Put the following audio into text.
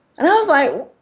and i was like,